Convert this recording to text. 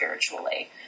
spiritually